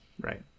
right